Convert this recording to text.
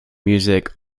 music